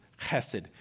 chesed